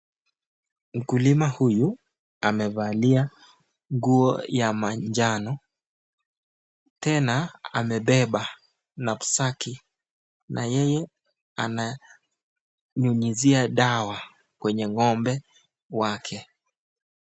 Mkulima huyu amevalia nguo ya manjano. Tena amebeba nafsaki na yeye ananyunyizia dawa kwenye ng'ombe wake.